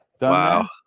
Wow